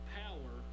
power